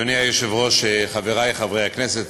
אדוני היושב-ראש, חברי חברי הכנסת,